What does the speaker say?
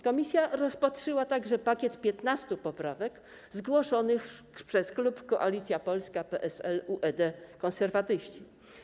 Komisja rozpatrzyła także pakiet 15 poprawek zgłoszonych przez klub Koalicja Polska - PSL, UED, Konserwatyści.